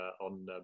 on